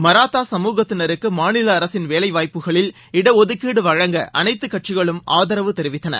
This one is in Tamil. மராத்தா சமூகத்தினருக்கு மாநில அரசின் வேலைவாய்ப்புகளில் இடஒதுக்கீடு வழங்க அனைத்து கட்சிகளும் ஆதரவு தெரிவித்தன